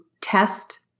test